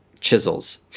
chisels